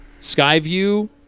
Skyview